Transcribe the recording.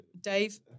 Dave